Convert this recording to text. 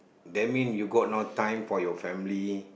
that mean you got no time for your family